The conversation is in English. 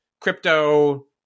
crypto